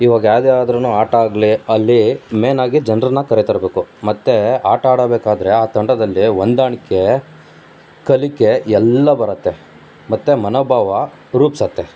ಇವಾಗ ಯಾವುದೇ ಆದ್ರು ಆಟ ಆಗಲಿ ಅಲ್ಲಿ ಮೇನಾಗಿ ಜನ್ರನ್ನು ಕರೆತರಬೇಕು ಮತ್ತು ಆಟ ಆಡಬೇಕಾದರೆ ಆ ತಂಡದಲ್ಲಿ ಹೊಂದಾಣಿಕೆ ಕಲಿಕೆ ಎಲ್ಲ ಬರುತ್ತೆ ಮತ್ತು ಮನೋಭಾವ ರೂಪಿಸತ್ತೆ